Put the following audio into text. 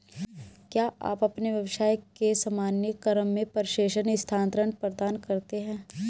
क्या आप अपने व्यवसाय के सामान्य क्रम में प्रेषण स्थानान्तरण प्रदान करते हैं?